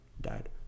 died